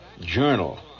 journal